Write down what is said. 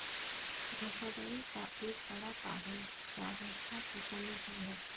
धोखाधड़ी का एक बड़ा कारण जागरूकता की कमी भी है